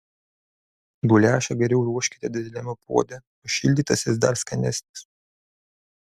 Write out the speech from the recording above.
guliašą geriau ruoškite dideliame puode pašildytas jis dar skanesnis